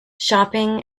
shopping